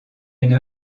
une